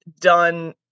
done